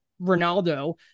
Ronaldo